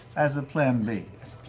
as a plan b.